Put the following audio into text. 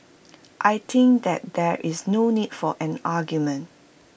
I think that there is no need for an argument